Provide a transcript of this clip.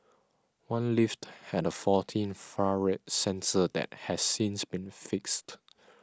one lift had a faulty infrared sensor that has since been fixed